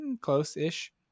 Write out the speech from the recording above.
close-ish